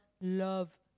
love